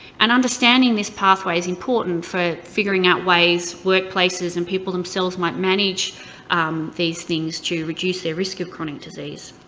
and understanding this pathway's important for figuring out ways workplaces and people themselves might manage these things to reduce their risk of chronic disease.